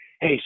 hey